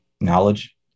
knowledge